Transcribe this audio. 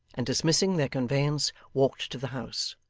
and dismissing their conveyance, walked to the house.